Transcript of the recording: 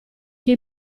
che